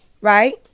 Right